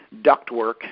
ductwork